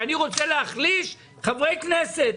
שהוא רוצה להחליש חבר כנסת.